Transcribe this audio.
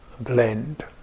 blend